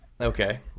Okay